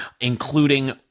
including